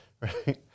right